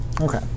Okay